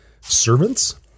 servants